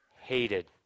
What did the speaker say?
hated